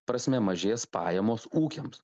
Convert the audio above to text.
prasme mažės pajamos ūkiams